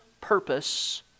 purpose